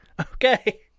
Okay